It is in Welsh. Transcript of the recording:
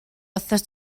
wythnos